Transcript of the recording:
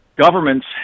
governments